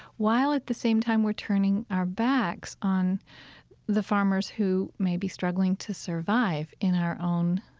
while, at the same time, we're turning our backs on the farmers who may be struggling to survive in our own